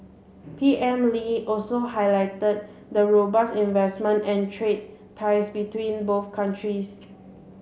P M Lee also highlighted the robust investment and trade ties between both countries